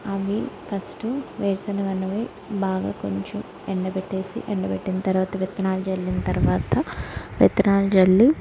అవి ఫస్టు వేరుశనగ అనేవి బాగా కొంచెం ఎండబెట్టేసి ఎండబెట్టిన తరవాత విత్తనాలు జల్లిన తరువాత విత్తనాలు జల్లి